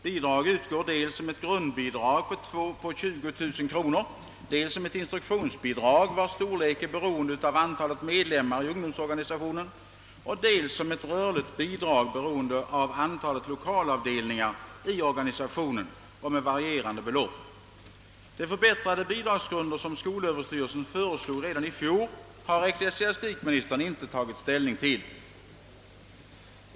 Bidrag utgår dels som ett grundbidrag på 20 000 kronor, dels som ett instruktionsbidrag vars storlek är beroende av antalet medlemmar i ungdomsorganisationen, och dels som ett rörligt bidrag, beroende av antalet lokalavdelningar i organisationen och med varierande belopp. De förbättrade bidragsgrunder som skolöverstyrelsen föreslog redan i fjol har ecklesiastikministern inte tagit ställning till.